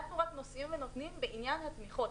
אנחנו רק נושאים ונותנים בעניין התמיכות.